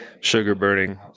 sugar-burning